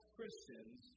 Christians